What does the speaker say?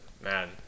Man